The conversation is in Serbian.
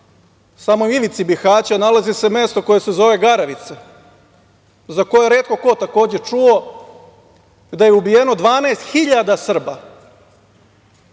samoj ivici Bihaća nalazi se mesto koje se zove Garavica, za koje je retko ko takođe čuo, gde je ubijeno 12.000 Srba.